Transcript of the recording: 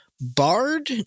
Bard